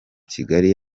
kigali